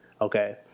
okay